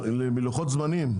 אבל עם לוחות זמנים מסודרת,